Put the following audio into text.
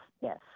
yes